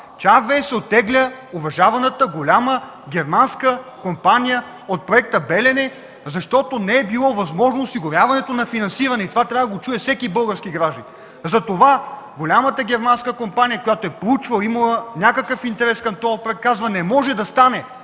права, че уважаваната голяма германска компания RWE се оттегля от проекта „Белене”, защото не е било възможно осигуряване на финансиране. Това трябва да го чуе всеки български гражданин. Затова голямата германска компания, която е проучвала, имала е някакъв интерес към този проект, казва – не може да стане.